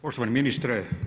Poštovani ministre.